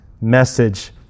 message